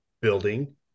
building